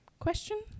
question